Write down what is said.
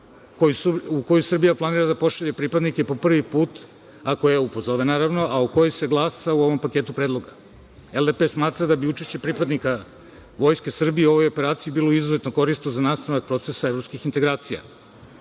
u kojoj Srbija planira da pošalje pripadnike po prvi put, ukoliko ih pozove naravno, a o kojoj se glasa u ovom paketu predloga. Liberalno demokratska partija smatra da bi učešće pripadnika Vojske Srbije u ovoj operaciji bilo izuzetno korisno za nastavak procesa evropskih integracija,